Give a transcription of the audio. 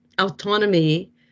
autonomy